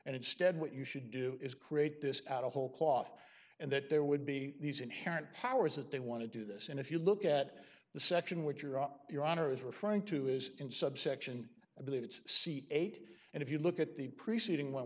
and instead what you should do is create this out of whole cloth and that there would be these inherent powers that they want to do this and if you look at the section which are out there honor is referring to is in subsection i believe it's c eight and if you look at the preceding